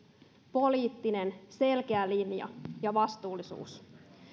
poliittinen selkeä linja ja vastuullisuus